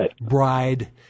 bride